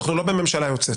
אנחנו לא בממשלה יוצאת.